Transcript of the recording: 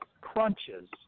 crunches